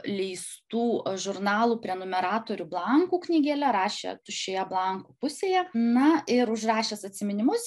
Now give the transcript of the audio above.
leistų žurnalų prenumeratorių blankų knygele rašė tuščioje blankų pusėje na ir užrašęs atsiminimus